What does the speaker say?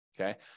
Okay